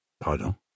Pardon